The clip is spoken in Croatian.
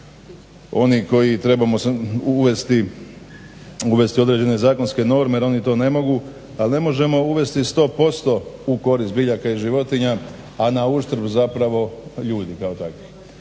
oni koji trebamo uvesti određene zakonske norme jer oni to ne mogu. Ali ne možemo uvesti 100% u korist biljaka i životinja a na uštrb zapravo ljudi kao takvi.